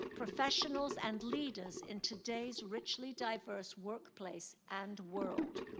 professionals, and leaders in today's richly diverse workplace and world.